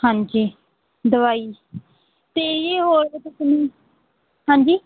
ਹਾਂਜੀ ਦਵਾਈ ਅਤੇ ਜੀ ਹੋਰ ਹਾਂਜੀ